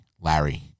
Larry